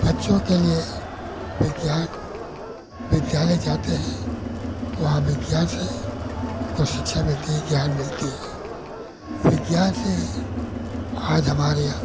बच्चों के लिए विज्ञान विद्यालय जाते हैं तो वहाँ विज्ञान से कोई शिक्षा मिलती है ज्ञान मिलता है विज्ञान से ही आज हमारे यहाँ